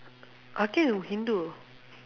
akhil hindu